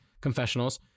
confessionals